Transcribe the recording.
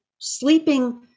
sleeping